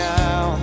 now